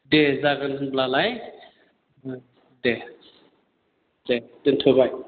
दे जागोन होनब्लालाय दे दे दोनथ'बाय